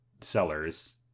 sellers